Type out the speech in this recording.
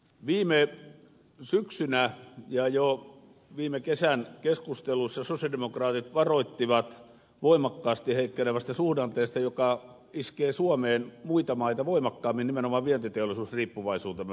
viime syksynä ja jo viime kesän keskustelussa sosialidemokraatit varoittivat voimakkaasti heikkenevästä suhdanteesta joka iskee suomeen muita maita voimakkaammin nimenomaan vientiteollisuusriippuvaisuutemme vuoksi